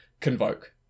Convoke